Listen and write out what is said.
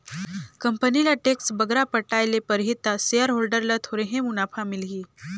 company ल tax बगरा पटाए ले परही ता सेयर होल्डर ल थोरहें मुनाफा मिलही